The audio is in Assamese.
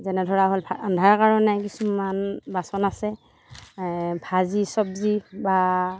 যেনে ধৰা হ'ল ৰান্ধাৰ কাৰণে কিছুমান বাচন আছে ভাজি চব্জি বা